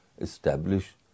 establish